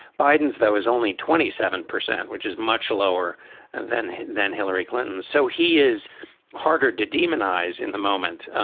biden's, though, is only twenty seven percent, which is much lower than than hillary clinton. so he is harder to demonize in the moment.